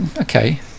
okay